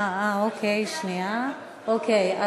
אוקיי,